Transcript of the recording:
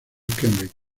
cambridge